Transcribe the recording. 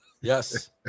Yes